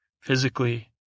Physically